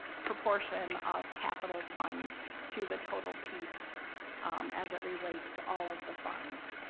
proportion of capital fund to the total piece as it relates to all of the funds.